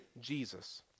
Jesus